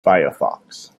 firefox